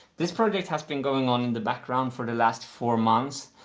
this project has been going on in the background for the last four months,